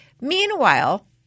Meanwhile